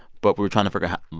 but we were trying to figure out.